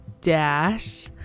dash